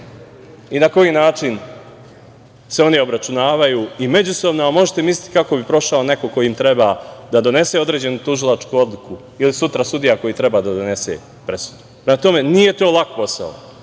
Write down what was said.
i na koji način se oni obračunavaju i međusobno, a možete misliti kako bi prošao neko ko im treba da donese određenu tužilačku odluku ili sutra sudija koji treba da donese presudu. Prema tome, nije to lak posao,